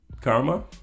Karma